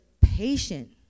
patient